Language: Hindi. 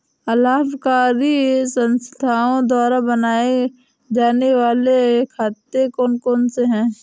अलाभकारी संस्थाओं द्वारा बनाए जाने वाले खाते कौन कौनसे हैं?